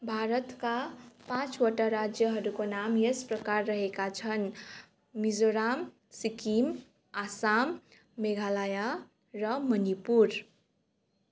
भारतका पाँचवटा राज्यहरूको नाम यस प्रकार रहेका छन् मिजोरम सिक्किम आसाम मेघालय र मणिपुर